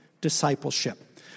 discipleship